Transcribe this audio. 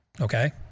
okay